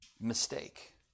mistake